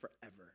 forever